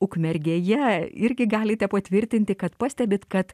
ukmergėje irgi galite patvirtinti kad pastebit kad